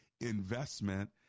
investment